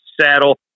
saddle